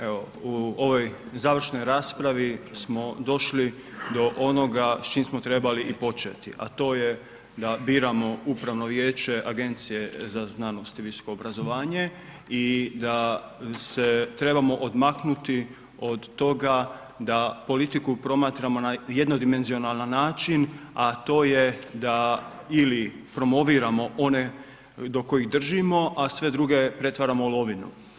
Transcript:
Evo u ovoj završnoj raspravi smo došli do onoga s čim smo trebali i početi, a to je da biramo upravno vijeće Agencije za znanost i visoko obrazovanje i da se trebamo odmaknuti od toga da politiku promatramo na jednodimenzionalan način, a to je da ili promoviramo one do kojih držimo a sve druge pretvaramo u lovinu.